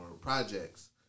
projects